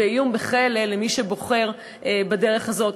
באיום בכלא למי שבוחר בדרך הזאת.